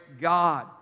God